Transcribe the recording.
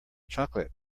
chocolate